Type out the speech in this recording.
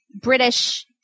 British